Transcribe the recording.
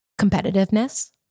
competitiveness